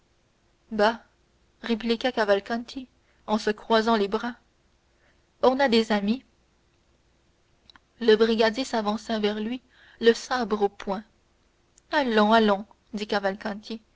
répliqua cavalcanti en se croisant les bras on a des amis le brigadier s'avança vers lui le sabre au poing allons allons dit